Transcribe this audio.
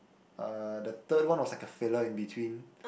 uh the third one was like a filler in between